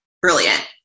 Brilliant